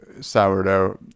sourdough